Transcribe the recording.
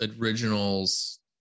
originals